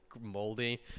moldy